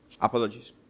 Apologies